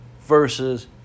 versus